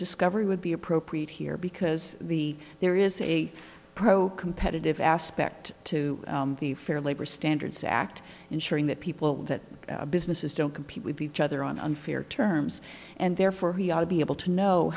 discovery would be appropriate here because the there is a pro competitive aspect to the fair labor standards act ensuring that people that businesses don't compete with each other on unfair terms and therefore he ought to be able to know